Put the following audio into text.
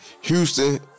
Houston